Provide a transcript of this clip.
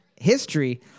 history